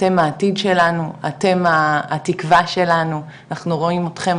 אתם העתיד שלנו אתם התקווה שלנו אנחנו רואים אתכם,